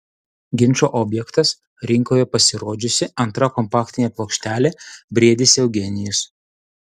ginčo objektas rinkoje pasirodžiusi antra kompaktinė plokštelė briedis eugenijus